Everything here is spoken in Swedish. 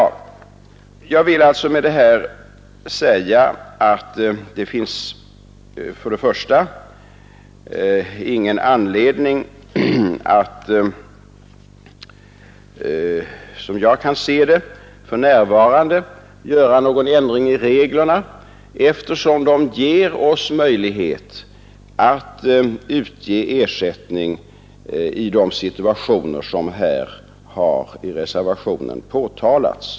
Jag vill alltså med detta säga att det inte finns någon anledning, som jag ser det, att för närvarande göra någon ändring i reglerna, eftersom de ger oss möjlighet att utge ersättning i de situationer som i reservationen har påtalats.